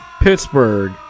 Pittsburgh